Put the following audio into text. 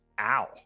Ow